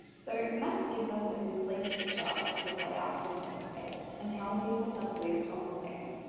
so maps gives us a complete picture of the layout of the landscape and how people have lived on the land.